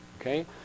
okay